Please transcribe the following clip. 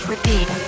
Repeat